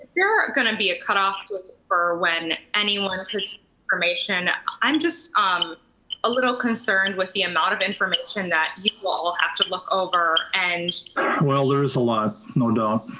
there are gonna be a cutoff for when anyone has information. i'm just um a little concerned with the amount of information that you all will have to look over and well, there is a lot, no doubt.